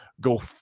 go